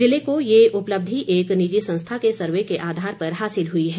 जिले को ये उपलब्धि एक निजी संस्था के सर्वे के आधार पर हासिल हुई है